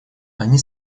они